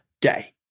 day